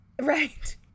Right